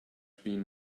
been